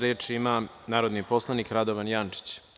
Reč ima narodni poslanik Radovan Jančić.